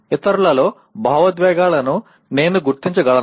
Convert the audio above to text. ఇతరులలోని భావోద్వేగాలను నేను గుర్తించగలనా